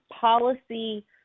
policy